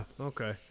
okay